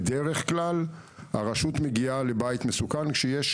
בדרך כלל הרשות מגיעה לבית מסוכן כשיש